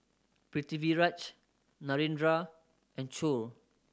Pritiviraj Narendra and Choor